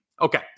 Okay